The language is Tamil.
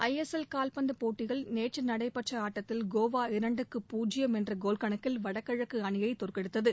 ஐ எஸ் எல் காவ்பந்து போட்டியில் நேற்று நடைபெற்ற ஆட்டத்தில் கோவா இரண்டுக்கு பூஜ்யம் என்ற கோல் கணக்கில் வடகிழக்கு அணியைத் தோற்கடித்தது